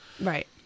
Right